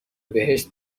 بهشت